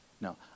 No